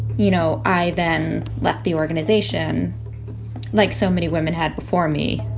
you know, i then left the organization like so many women had before me.